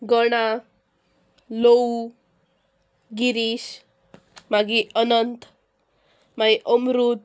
गणा लवू गिरीश मागीर अनंत मागीर अमरूत